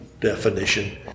definition